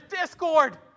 discord